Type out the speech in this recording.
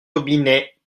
robinet